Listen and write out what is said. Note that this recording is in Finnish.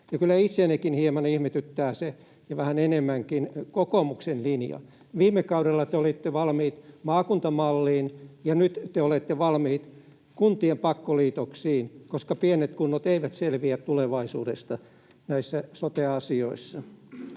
kyllä itseänikin hieman ihmetyttää — ja vähän enemmänkin — kokoomuksen linja. Viime kaudella te olitte valmiit maakuntamalliin, ja nyt te olette valmiit kuntien pakkoliitoksiin, koska pienet kunnat eivät selviä tulevaisuudesta näissä sote-asioissa.